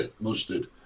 mustard